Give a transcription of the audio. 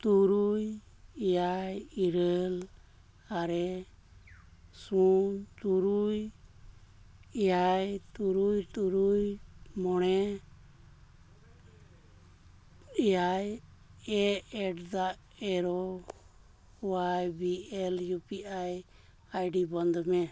ᱛᱩᱨᱩᱭ ᱮᱭᱟᱭ ᱤᱨᱟᱹᱞ ᱟᱨᱮ ᱥᱩᱱ ᱛᱩᱨᱩᱭ ᱮᱭᱟᱭ ᱛᱩᱨᱩᱭ ᱛᱩᱨᱩᱭ ᱢᱚᱬᱮ ᱮᱭᱟᱭ at the rate Y B L U P I ID ᱵᱚᱱᱫᱚᱭᱢᱮ